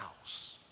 house